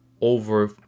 over